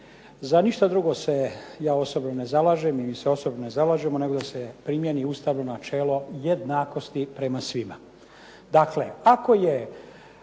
Za ništa drugo se ja osobno ne zalažem ili se osobno ne zalažemo nego da se primijeni ustavno načelo jednakosti prema svima.